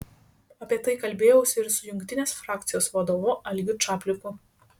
apie tai kalbėjausi ir su jungtinės frakcijos vadovu algiu čapliku